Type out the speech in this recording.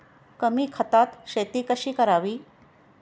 कमी खतात शेती कशी करावी?